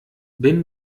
bin